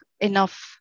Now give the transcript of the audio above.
enough